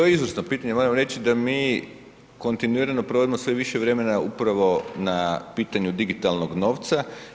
To je izvrsno pitanje, evo reći ću da mi kontinuirano provodimo sve više vremena upravo na pitanju digitalnog novca.